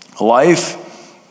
life